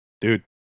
Dude